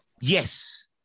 Yes